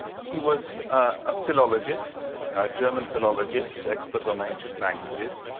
he was a philologist, a german philologist, expert on ancient languages,